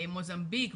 מוזמביק,